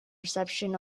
reception